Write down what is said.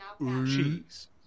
Cheese